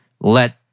let